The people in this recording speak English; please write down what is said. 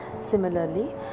Similarly